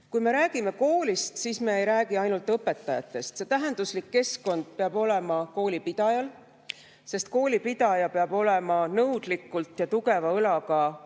Kui me räägime koolist, siis me ei räägi ainult õpetajatest. Tähenduslik keskkond peab olema ka kooli pidajal, sest kooli pidaja peab olema nõudlik, ent tugeva õlaga kooli toetaja.